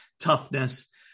toughness